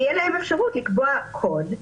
תהיה להם אפשרות לקבוע קוד,